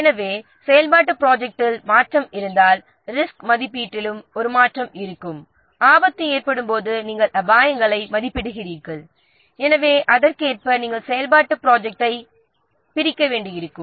எனவே செயல்பாட்டுத் ப்ராஜெக்ட்டில் மாற்றம் இருந்தால் ரிஸ்க் மதிப்பீட்டிலும் ஒரு மாற்றம் இருக்கும் ஆபத்து ஏற்படும் போது நாம் அபாயங்களை மதிப்பிடுகிறீறோம் எனவே அதற்கேற்ப நாம் செயல்பாட்டுத் ப்ராஜெக்ட்டைப் பிரிக்க வேண்டியிருக்கும்